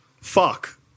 Fuck